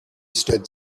stood